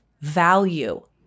value